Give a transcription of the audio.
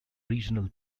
regional